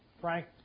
Frank